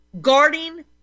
guarding